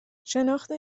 شناخت